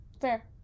fair